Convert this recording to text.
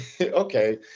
Okay